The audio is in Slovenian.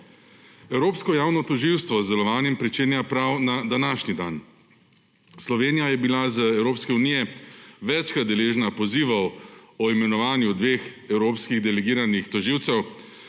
Evropsko javno tožilstvo z delovanjem pričenjam prav na današnji dan. Slovenija je bila z Evropske unije večkrat deležna pozivov o imenovanju dveh evropskih delegiranih tožilcev,